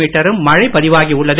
மீட்டரும் மழை பதிவாகி உள்ளது